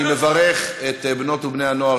אני מברך את בנות ובני הנוער